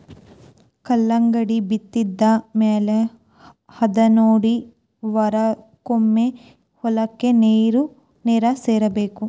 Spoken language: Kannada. ಕಲ್ಲಂಗಡಿ ಬಿತ್ತಿದ ಮ್ಯಾಲ ಹದಾನೊಡಿ ವಾರಕ್ಕೊಮ್ಮೆ ಹೊಲಕ್ಕೆ ನೇರ ಹಾಸಬೇಕ